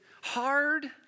hard